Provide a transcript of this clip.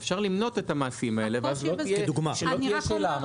אפשר למנות את המעשים האלה כדי שלא תהיה שאלה.